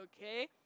okay